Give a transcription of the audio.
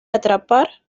atrapar